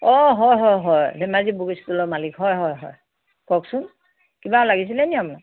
অঁ হয় হয় হয় ধেমাজি বুক ষ্টলৰ মালিক হয় হয় হয় কওকচোন কিবা লাগিছিলেনি আপোনাক